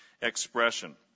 expression